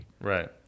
Right